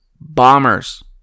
bombers